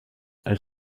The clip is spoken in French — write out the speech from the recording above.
elle